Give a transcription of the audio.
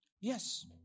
Yes